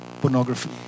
Pornography